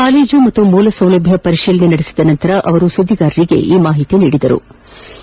college ಮತ್ತು ಮೂಲ ಸೌಲಭ್ಯ ಪರಿಶೀಲನೆ ನಡೆಸಿದ ನಂತರ ಅವರು ಸುದ್ದಗಾರರಿಗೆ ಈ ಮಾಹಿತಿ ನೀಡಿದರು